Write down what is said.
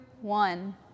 one